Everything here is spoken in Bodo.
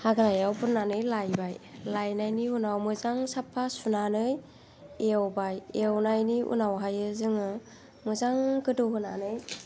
हाग्रायाव बुरनानै लायबाय लायनायनि उनाव मोजां साफा सुनानै एवबाय एवनायनि उनावहायो जोङो मोजां गोदौ होनानै